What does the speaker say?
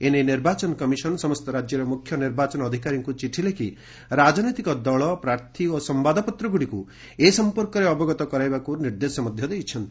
ଏ ନେଇ ନିର୍ବାଚନ କମିଶନ ସମସ୍ତ ରାଜ୍ୟର ମୁଖ୍ୟ ନିର୍ବାଚନ ଅଧିକାରୀଙ୍କୁ ଚିଠି ଲେଖି ରାଜନୈତିକ ଦଳ ପ୍ରାର୍ଥୀ ଓ ସମ୍ଘାଦପତ୍ରଗୁଡ଼ିକୁ ଏ ସଫପର୍କରେ ଅବଗତ କରାଇବାକୁ ନିର୍ଦ୍ଦେଶ ଦେଇଛନ୍ତି